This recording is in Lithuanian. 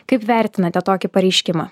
kaip vertinate tokį pareiškimą